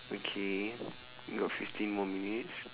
okay we got fifteen more minutes